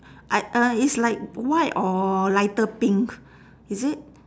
I uh it's like white or lighter pink is it